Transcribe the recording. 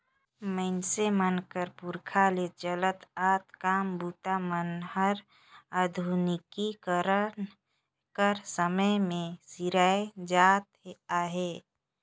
मइनसे मन कर पुरखा ले चलत आत काम बूता मन हर आधुनिकीकरन कर समे मे सिराए जात अहे